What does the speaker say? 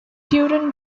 duran